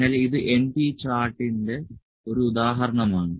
അതിനാൽ ഇത് np ചാർട്ടിന്റെ ഒരു ഉദാഹരണമാണ്